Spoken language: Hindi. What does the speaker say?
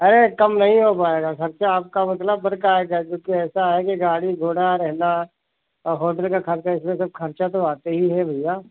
अरे कम नहीं हो पाएगा खर्चा आपका मतलब भर का आएगा जो कि ऐसा है कि गाड़ी घोड़ा रहना और होटल का खर्चा इसमें सब खर्चा तो आते ही है भैया